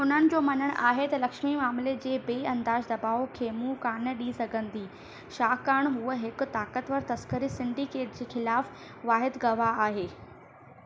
उन्हनि जो मञण आहे त लक्ष्मी मामले जे ॿिए अंदाज़ दबाउ खे मुंहुं कोन्ह ॾेई सघन थी छाकाणि हूअ हिकु ताकतवरु तस्करी सिंडिकेट जे खिलाफ़ वाहिदु गवाह आहे